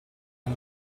non